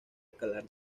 escalar